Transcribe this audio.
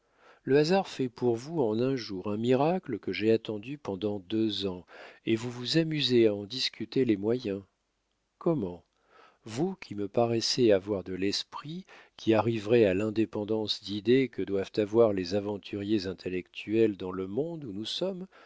le hasard fait pour vous en un jour un miracle que j'ai attendu pendant deux ans et vous vous amusez à en discuter les moyens comment vous qui me paraissez avoir de l'esprit qui arriverez à l'indépendance d'idées que doivent avoir les aventuriers intellectuels dans le monde où nous sommes